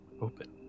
open